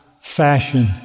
fashion